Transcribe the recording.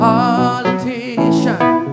Politician